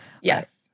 yes